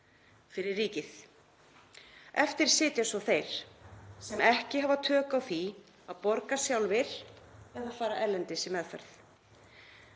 fyrir ríkið. Eftir sitja svo þeir sem ekki hafa tök á því að borga sjálfir eða fara erlendis í meðferð.